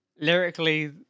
lyrically